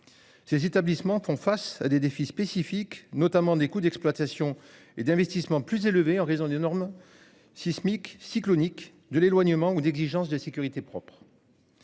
Ces établissements ton face à des défis spécifiques, notamment des coûts d'exploitation et d'investissement plus élevés en raison des normes. Sismiques cyclonique de l'éloignement ou d'exigences de sécurité propre.